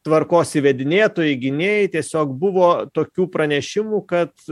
tvarkos įvedinėtojai gynėjai tiesiog buvo tokių pranešimų kad